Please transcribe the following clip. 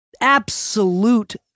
absolute